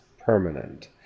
permanent